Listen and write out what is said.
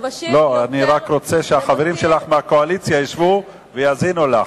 אני רוצה שהחברים שלך מהקואליציה ישבו ויאזינו לך.